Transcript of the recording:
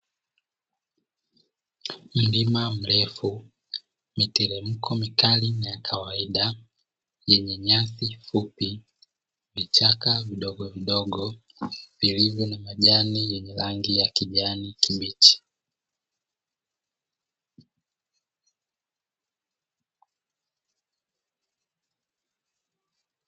Mlima mrefu, miteremko mikali na ya kawaida yenye nyasi fupi, vichaka vidogovidogo, vilivyo na majani yenye rangi ya kijani kibichi.